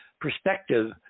perspective